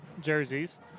jerseys